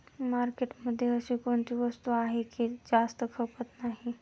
मार्केटमध्ये अशी कोणती वस्तू आहे की जास्त खपत नाही?